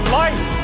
life